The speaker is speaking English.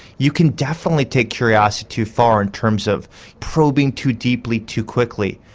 you can definitely take curiosity too far in terms of probing too deeply, too quickly,